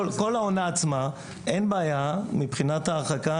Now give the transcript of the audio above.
כל העונה עצמה אין בעיה מבחינת ההרחקה,